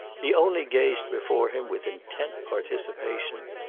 he only gazed before him with intent participation.